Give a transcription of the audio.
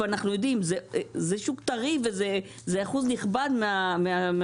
אנחנו יודעים זה שוק טרי וזה אחוז נכבד מהמזון